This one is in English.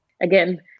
Again